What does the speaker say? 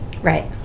right